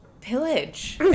pillage